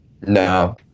No